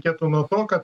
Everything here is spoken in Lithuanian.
reikėtų nuo to kad